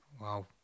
Wow